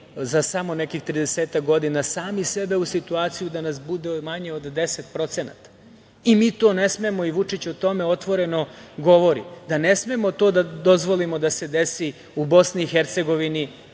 samo nekih 30-ak godina sami sebe u situaciju da nas bude manje od 10%. Mi to ne smemo da dozvolimo i Vučić o tome otvoreno govori, da ne smemo to da dozvolimo da se desi u BiH,